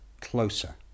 closer